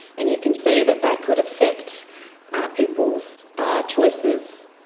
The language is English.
and you can see that that could affect peoples' choices